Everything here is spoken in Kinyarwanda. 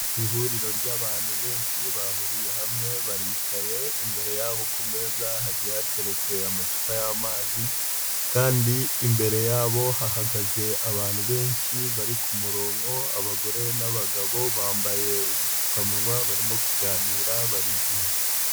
Ihuriro ry'abantu benshi bahuriye hamwe baricaye, imbere yabo ku meza ha hateretse amacupa y'amazi, kandi imbere yabo hahagaze abantu benshi bari ku murongo, abagore n'abagabo bambaye udupfukawa barimo kuganira barizihiwe.